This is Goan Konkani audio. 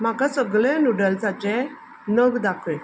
म्हाका सगळे नुडल्साचे नग दाखय